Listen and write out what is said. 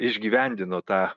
išgyvendino tą